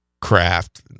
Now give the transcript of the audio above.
craft